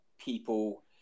people